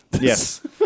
Yes